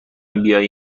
بیایی